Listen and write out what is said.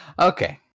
Okay